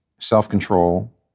self-control